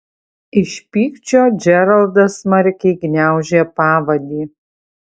iš pykčio džeraldas smarkiai gniaužė pavadį